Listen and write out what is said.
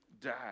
dad